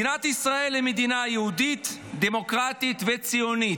מדינת ישראל היא מדינה יהודית, דמוקרטית וציונית.